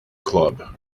club